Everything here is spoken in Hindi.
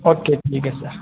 ओके ठीक है सर